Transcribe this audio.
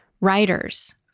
writers